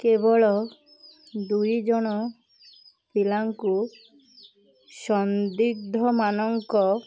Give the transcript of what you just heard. କେବଳ ଦୁଇ ଜଣ ପିଲାଙ୍କୁ ସନ୍ଦିଗ୍ଧ ମାନଙ୍କ